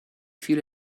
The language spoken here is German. viele